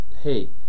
hey